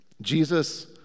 Jesus